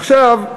עכשיו,